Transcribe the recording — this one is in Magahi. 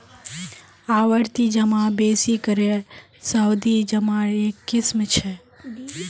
आवर्ती जमा बेसि करे सावधि जमार एक किस्म छ